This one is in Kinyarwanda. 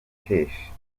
keshi